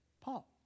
Paul